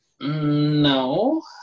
No